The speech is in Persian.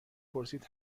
پرسید